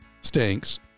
stinks